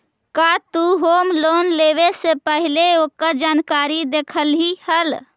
का तु home loan लेवे से पहिले ओकर जानकारी देखलही हल?